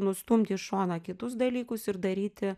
nustumti į šoną kitus dalykus ir daryti